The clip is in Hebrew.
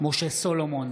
משה סולומון,